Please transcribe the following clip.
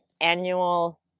annual